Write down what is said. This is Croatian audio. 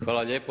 Hvala lijepo.